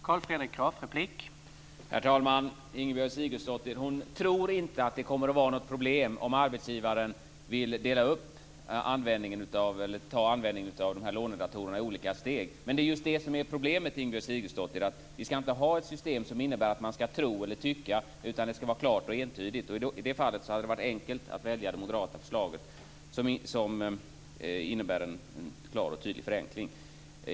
Herr talman! Ingibjörg Sigurdsdóttir tror inte att det kommer att vara något problem om arbetsgivaren vill genomföra användningen av lånedatorer i olika steg, men det är just det som är problemet. Vi skall inte ha ett system som innebär att man skall tro eller tycka, utan det skall vara klart och entydigt. I det fallet hade det varit enkelt att välja det moderata förslaget, som innebär en klar och tydlig förenkling.